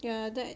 ya that